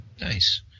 Nice